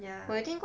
ya